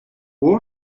played